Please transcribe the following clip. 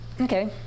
okay